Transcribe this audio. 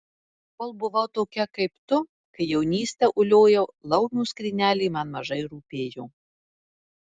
kol buvau tokia kaip tu kai jaunystę uliojau laumių skrynelė man mažai rūpėjo